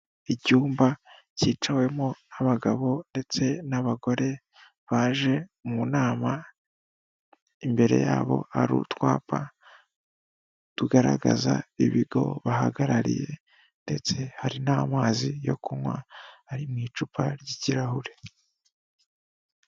Icyumba cyicawemo n'abagabo ndetse n'abagore baje mu nama, imbere yabo hari utwapa tugaragaza ibigo bahagarariye ndetse hari n'amazi yo kunywa, ari mu icupa ry'ikirahure.